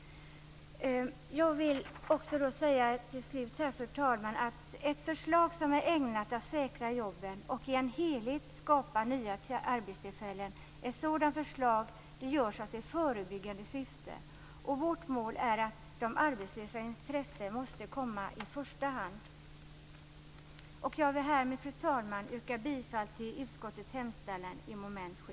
Jag vill till slut också säga, fru talman, att ett förslag som är ägnat att säkra jobben och i en helhet skapa nya arbetstillfällen läggs fram i förebyggande syfte. Vårt mål är att de arbetslösas intresse måste komma i första hand. Jag vill härmed, fru talman, yrka bifall till utskottets hemställan under mom. 7.